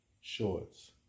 shorts